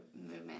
movement